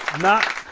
not.